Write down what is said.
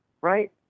right